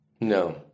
No